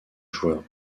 joueur